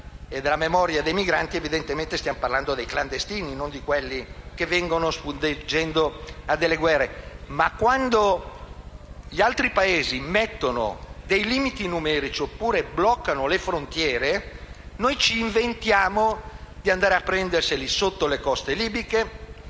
e della memoria dei migranti, evidentemente stiamo parlando dei clandestini e non di coloro che vengono qui sfuggendo alle guerre. Ma quando gli altri Paesi mettono dei limiti numerici oppure bloccano le frontiere, noi ci inventiamo di andare a prenderli sotto le coste libiche;